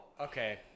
okay